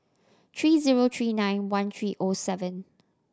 tree zero tree nine one tree O seven